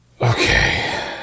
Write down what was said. Okay